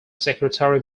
secretary